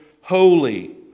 holy